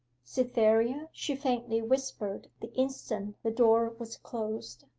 cytherea? she faintly whispered the instant the door was closed.